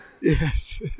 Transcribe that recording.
Yes